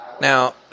Now